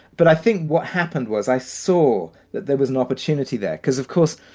but i think what happened was i saw that there was an opportunity there because, of course,